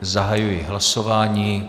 Zahajuji hlasování.